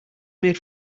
made